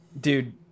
dude